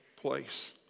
place